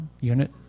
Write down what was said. unit